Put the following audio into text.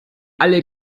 alle